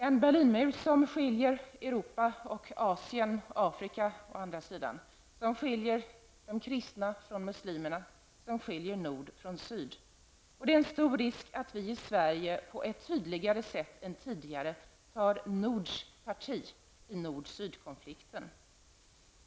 En Berlinmur som skiljer Europa från Asien och Afrika, som skiljer de kristna från muslimerna och som skiljer nord från syd. Det finns en stor risk för att vi i Sverige på ett tydligare sätt än tidigare tar nords parti i nord--syd-konflikten.